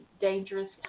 dangerous